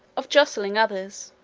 of justling others,